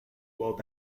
will